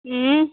ऊह